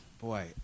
boy